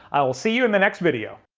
i will see you in the next video.